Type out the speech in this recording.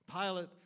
Pilate